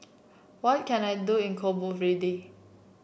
what can I do in Cabo Verde